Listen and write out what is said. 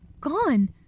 gone